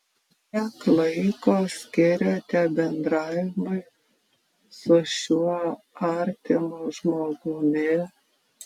kiek laiko skiriate bendravimui su šiuo artimu žmogumi